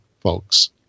folks